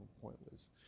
pointless